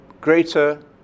greater